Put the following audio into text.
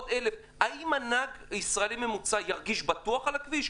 האם הנהג הישראלי הממוצע ירגיש בטוח על הכביש?